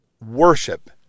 worship